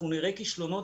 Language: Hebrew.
אנחנו נראה כישלונות.